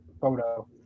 photo